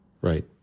Right